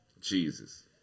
Jesus